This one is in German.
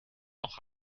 auch